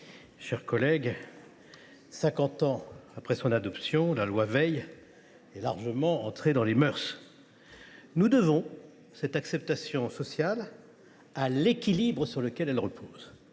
chers collègues, cinquante ans après son adoption, la loi Veil est largement entrée dans les mœurs. Nous devons cette acceptation sociale à l’équilibre sur lequel elle repose